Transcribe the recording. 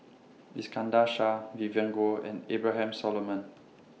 Iskandar Shah Vivien Goh and Abraham Solomon